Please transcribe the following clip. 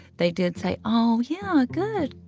they did say, oh, yeah. good.